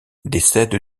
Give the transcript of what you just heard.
décède